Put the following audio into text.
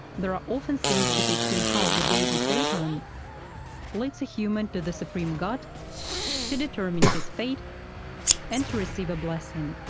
there are often scenes depicting how the deity patron leads a person to the supreme god to determine his fate and to receive a blessing.